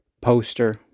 poster